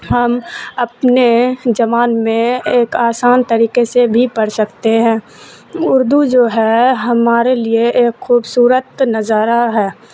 ہم اپنے زبان میں ایک آسان طریقے سے بھی پڑھ سکتے ہیں اردو جو ہے ہمارے لیے ایک خوبصورت نظارہ ہے